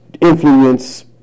influence